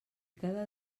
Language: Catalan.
cada